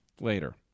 later